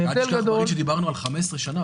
דיברנו על 15 שנים.